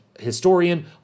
Historian